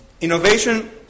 innovation